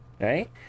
right